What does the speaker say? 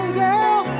girl